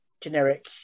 generic